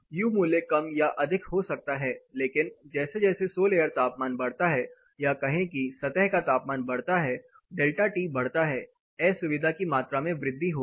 U मूल्य कम या अधिक हो सकता है लेकिन जैसे जैसे सोल एयर तापमान बढ़ता है या कहें कि सतह का तापमान बढ़ता है डेल्टा T बढ़ता है असुविधा की मात्रा में वृद्धि होगी